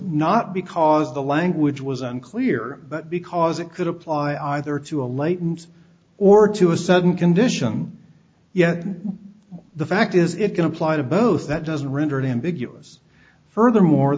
not because the language was unclear but because it could apply either to a latent or to a sudden condition yet the fact is it can apply to both that doesn't render it ambiguous furthermore